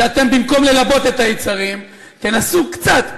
שאתם במקום ללבות את היצרים תנסו קצת,